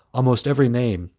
almost every name,